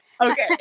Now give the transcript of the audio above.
Okay